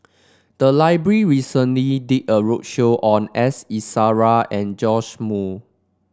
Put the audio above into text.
the library recently did a roadshow on S Iswaran and Joash Moo